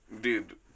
Dude